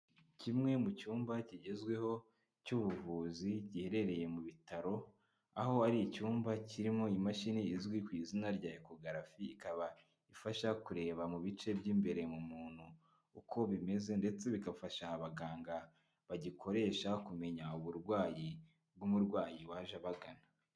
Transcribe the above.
Kimwe mu cyumba kigezweho cy'ubuvuzi giherereye mu bitaro aho ari icyumba kirimo imashini izwi ku izina rya Ecograph,m ikaba ifasha kureba mu bice by'imbere mu muntu, uko bimeze ndetse bigafasha abaganga bagikoresha, kumenya uburwayi bw'umurwayi waje abagana.